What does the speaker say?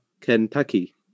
Kentucky